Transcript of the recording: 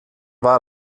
war